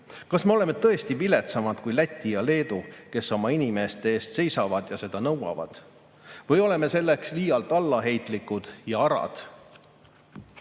Kas me oleme tõesti viletsamad kui Läti ja Leedu, kes oma inimeste eest seisavad ja seda nõuavad? Või oleme selleks liialt allaheitlikud ja arad?